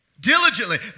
diligently